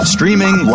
Streaming